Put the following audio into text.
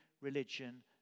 ...religion